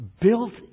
built